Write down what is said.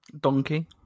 Donkey